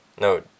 no